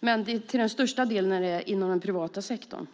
Men till största delen är det inom den privata sektorn.